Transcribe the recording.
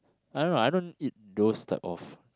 I don't know I don't eat those type of